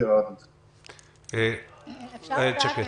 --- אפשר לדעת,